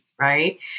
right